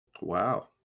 Wow